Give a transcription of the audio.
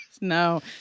no